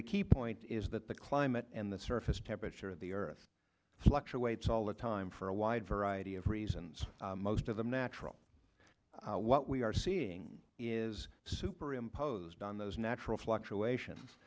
the key point is that the climate and the surface temperature of the earth fluctuates all the time for a wide variety of reasons most of them natural what we are seeing is superimposed on those natural fluctuations